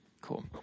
Cool